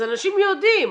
אז אנשים יודעים.